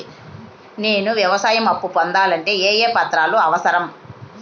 నేను వ్యవసాయం అప్పు పొందాలంటే ఏ ఏ పత్రాలు అవసరం?